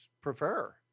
prefer